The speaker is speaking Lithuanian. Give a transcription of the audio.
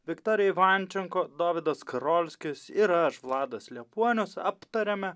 viktorija ivančenko dovydas karolskis ir aš vladas liepuonius aptariame